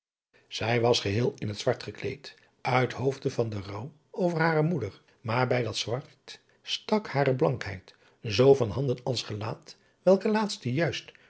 zij was geheel in het zwart gekleed uit hoofde van den rouw over hare moeder maar bij dat zwart stak hare blankheid zoo van handen als gelaat welk laatste juist